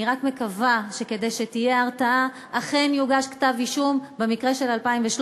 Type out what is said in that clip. אני רק מקווה שכדי שתהיה הרתעה אכן יוגש כתב-אישום במקרה של 2013,